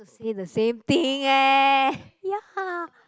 say the same thing eh ya